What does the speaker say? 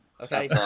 Okay